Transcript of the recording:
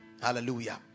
Hallelujah